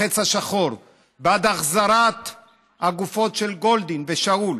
בחץ השחור בעד החזרת הגופות של גולדין ושאול.